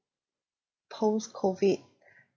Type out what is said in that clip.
post COVID